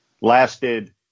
lasted